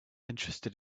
interested